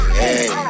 hey